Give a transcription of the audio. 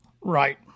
Right